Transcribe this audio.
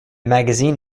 magazine